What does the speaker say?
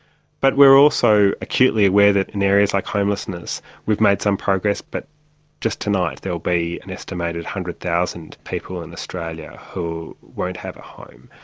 but we are also acutely aware that in areas like homelessness we've made some progress, but just tonight there will be an estimated one hundred thousand people in australia who won't have a home,